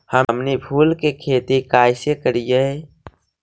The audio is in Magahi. हमनी फूल के खेती काएसे करियय?